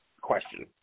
question